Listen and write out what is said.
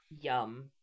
Yum